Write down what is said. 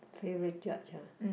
favourite judge ah